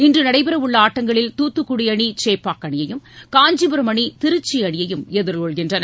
இன்று நடைபெறவுள்ள ஆட்டங்களில் தூத்துக்குடி அணி சேப்பாக் அணியையும் காஞ்சிபுரம் அணி திருச்சி அணியையும் எதிர்கொள்கின்றன